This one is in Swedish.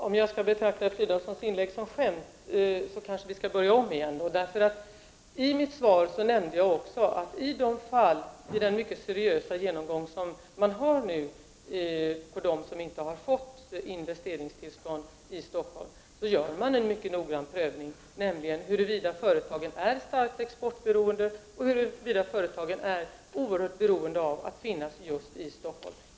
Herr talman! Om det är meningen att jag skall betrakta Filip Fridolfssons inlägg som ett skämt, kanske vi skall börja om igen. I mitt svar nämnde jag att man i den mycket seriösa genomgång som man nu gör av de företag som inte har fått investeringstillstånd i Stockholm gör en mycket noggrann prövning av huruvida företagen är starkt exportberoende och huruvida de är oerhört beroende av att finnas just i Stockholm.